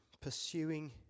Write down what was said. pursuing